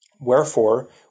Wherefore